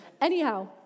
Anyhow